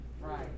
Right